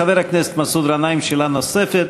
חבר הכנסת מסעוד גנאים, שאלה נוספת,